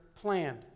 plan